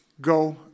Go